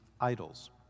idols